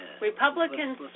Republicans